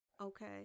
Okay